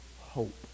hope